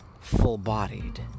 full-bodied